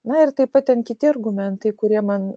na ir taip pat ten kiti argumentai kurie man